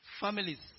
Families